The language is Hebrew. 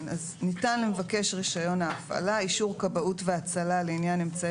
ניתן למבקש רישיון ההפעלה אישור כבאות והצלה לעניין אמצעי